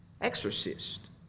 exorcist